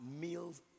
meals